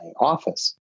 office